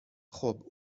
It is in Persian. خوب